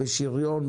בשריון,